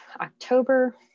October